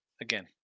again